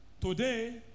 Today